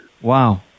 Wow